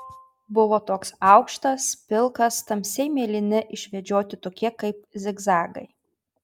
buvo toks aukštas pilkas tamsiai mėlyni išvedžioti tokie kaip zigzagai